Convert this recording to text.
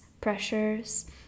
pressures